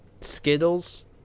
skittles